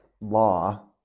law